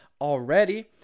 already